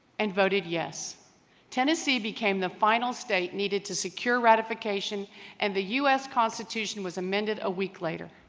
and voted yes tennessee became the final state needed to secure ratification and the us constitution was amended a week later